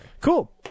Cool